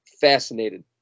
fascinated